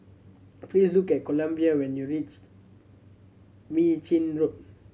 please look at Columbia when you reach Mei Chin Road